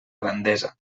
grandesa